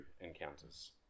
encounters